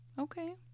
Okay